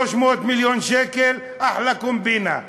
300 מיליון שקל, אחלה קומבינה.